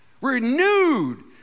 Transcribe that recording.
renewed